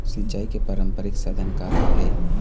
सिचाई के पारंपरिक साधन का का हे?